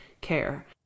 care